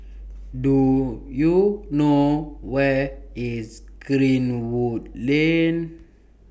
Do YOU know Where IS Greenwood Lane